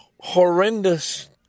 Horrendous